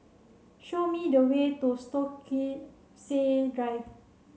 show me the way to Stokesay Drive